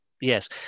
Yes